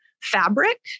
fabric